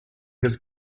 his